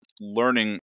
learning